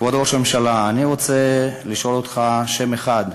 כבוד ראש הממשלה, אני רוצה לשאול אותך על שם אחד: